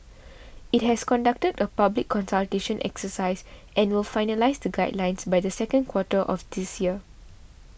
it has conducted a public consultation exercise and will finalise the guidelines by the second quarter of this year